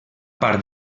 part